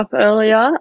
earlier